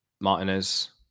Martinez